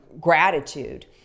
gratitude